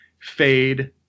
fade